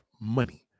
money